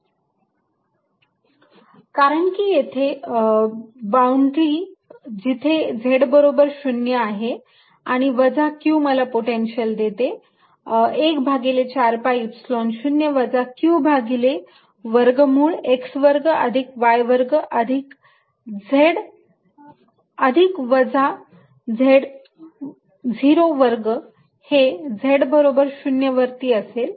q 14π0qx2y2z z02।zz0 कारण की येथे बाउंड्री जिथे z बरोबर 0 आहे आणि वजा q मला पोटेन्शियल देते 1 भागिले 4 pi Epsilon 0 वजा q भागिले वर्गमूळ x वर्ग अधिक y वर्ग अधिक z अधिक वजा z0 वर्ग हे z बरोबर 0 वरती असेल